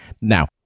now